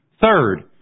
Third